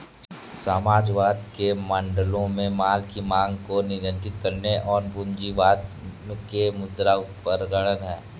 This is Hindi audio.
समाजवाद के मॉडलों में माल की मांग को नियंत्रित करने और पूंजीवाद के मुद्रा उपकरण है